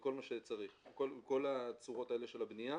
וכל הצורות האלה של הבנייה.